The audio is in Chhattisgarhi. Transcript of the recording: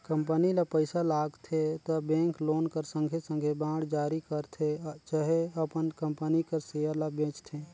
कंपनी ल पइसा लागथे त बेंक लोन कर संघे संघे बांड जारी करथे चहे अपन कंपनी कर सेयर ल बेंचथे